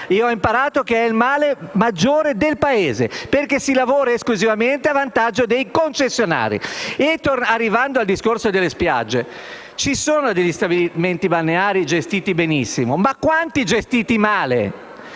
concessorio è il male primario di questo Paese, perché si lavora esclusivamente a vantaggio dei concessionari. Arrivando al discorso delle spiagge, ci sono stabilimenti balneari gestiti benissimo, ma quanti sono gestiti male?